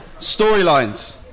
Storylines